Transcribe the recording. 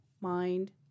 mind